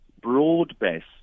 broad-based